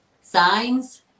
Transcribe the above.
signs